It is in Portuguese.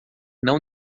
não